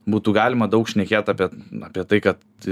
būtų galima daug šnekėt apie apie tai kad